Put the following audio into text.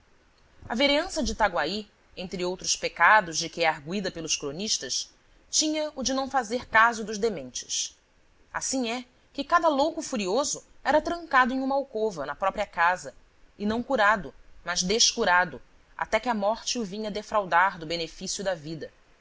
a vereança de itaguaí entre outros pecados de que é argüida pelos cronistas tinha o de não fazer caso dos dementes assim é que cada louco furioso era trancado em uma alcova na própria casa e não curado mas descurado até que a morte o vinha defraudar do benefício da vida